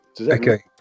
Okay